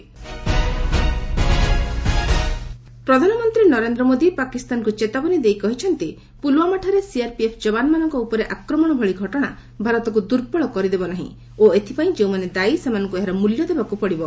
ରିଭ୍ ପିଏମ୍ ବନ୍ଦେ ଭାରତ ପ୍ରଧାନମନ୍ତ୍ରୀ ନରେନ୍ଦ୍ର ମୋଦି ପାକିସ୍ତାନକୁ ଚେତାବନୀ ଦେଇ କହିଛନ୍ତି ପୁଲୱାମାଠାରେ ସିଆର୍ପିଏଫ୍ ଯବାନମାନଙ୍କ ଉପରେ ଆକ୍ରମଣ ଭଳି ଘଟଣା ଭାରତକୁ ଦୁର୍ବଳ କରିଦେବ ନାହିଁ ଓ ଏଥିପାଇଁ ଯେଉଁମାନେ ଦାୟୀ ସେମାନଙ୍କୁ ଏହାର ମୂଲ୍ୟ ଦେବାକୁ ପଡ଼ିବ